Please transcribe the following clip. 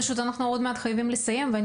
פשוט אנחנו עוד מעט חייבים לסיים ואני